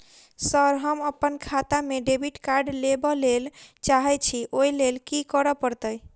Sir हम अप्पन खाता मे डेबिट कार्ड लेबलेल चाहे छी ओई लेल की परतै?